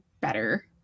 better